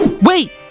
Wait